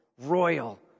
Royal